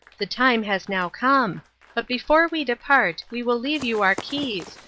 the time has now come but before we depart, we will leave you our keys,